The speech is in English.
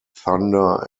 thunder